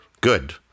good